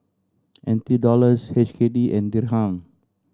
N T Dollars H K D and Dirham